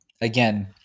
again